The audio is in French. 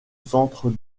centre